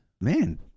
Man